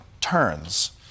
turns